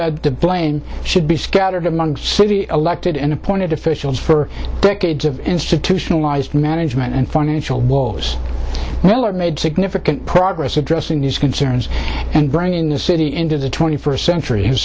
said the blame should be scattered among city elected and appointed officials for decades of institutionalized management and financial woes well i've made significant progress addressing these concerns and bringing the city into the twenty first century his